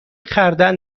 خردل